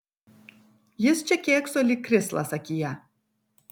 jis čia kėkso lyg krislas akyje